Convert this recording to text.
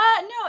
No